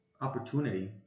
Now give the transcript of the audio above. opportunity